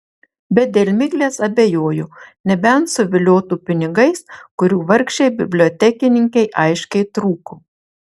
bet dėl miglės abejojo nebent suviliotų pinigais kurių vargšei bibliotekininkei aiškiai trūko